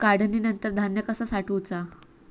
काढणीनंतर धान्य कसा साठवुचा?